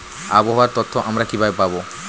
আবহাওয়ার তথ্য আমরা কিভাবে পাব?